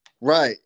right